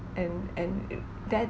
and and it that